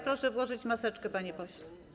Proszę włożyć maseczkę, panie pośle.